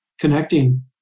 connecting